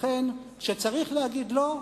לכן, כשצריך להגיד "לא"